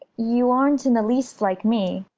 you. aren't in the least like me.